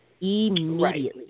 immediately